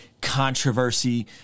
controversy